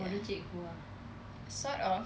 oh dia cikgu ah